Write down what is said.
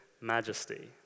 majesty